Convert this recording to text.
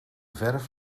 verf